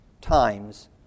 times